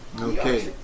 Okay